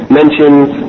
mentions